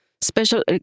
special